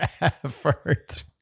Effort